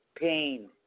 pain